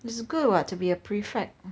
it's good [what] to be a prefect